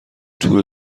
تور